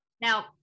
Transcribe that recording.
Now